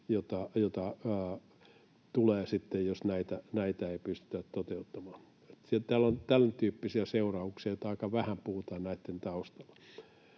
sitten, jos näitä ei pystytä toteuttamaan. Täällä on tämäntyyppisiä seurauksia, joista aika vähän puhutaan, näitten taustalla.